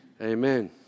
Amen